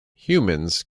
humans